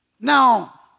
Now